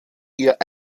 ihr